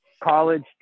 college